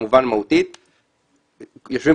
כמו שאמרת על הולכי רגל,